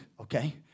okay